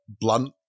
blunt